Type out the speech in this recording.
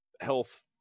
health